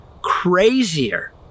crazier